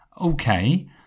Okay